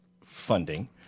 funding